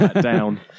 down